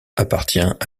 appartient